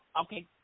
okay